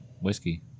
whiskey